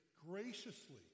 graciously